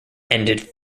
ended